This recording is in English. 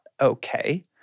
okay